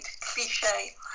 cliche